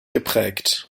geprägt